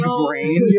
brain